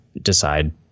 decide